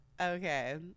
Okay